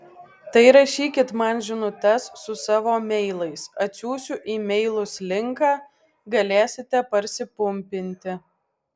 tai rašykit man žinutes su savo meilais atsiųsiu į meilus linką galėsite parsipumpinti